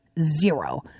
Zero